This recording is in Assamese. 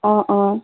অঁ অঁ